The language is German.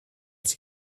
sie